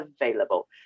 available